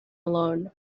alone